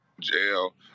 jail